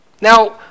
now